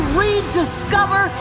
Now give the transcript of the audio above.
rediscover